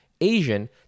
Asian